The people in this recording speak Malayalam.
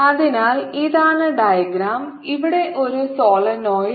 അതിനാൽ ഇതാണ് ഡയഗ്രം ഇവിടെ ഒരു സോളിനോയിഡ്